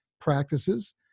practices